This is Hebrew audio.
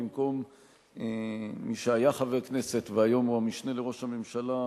במקום מי שהיה חבר הכנסת והיום המשנה לראש הממשלה,